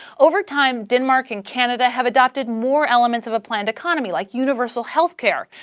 over time, denmark and canada have adopted more elements of a planned economy, like universal healthcare.